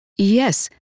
Yes